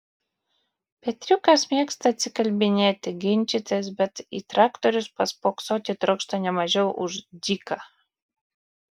petriukas mėgsta atsikalbinėti ginčytis bet į traktorius paspoksoti trokšta ne mažiau už dziką